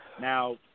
now